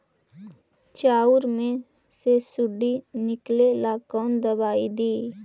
चाउर में से सुंडी निकले ला कौन दवाई दी?